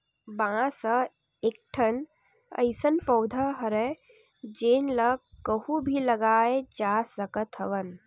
बांस ह एकठन अइसन पउधा हरय जेन ल कहूँ भी लगाए जा सकत हवन